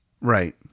Right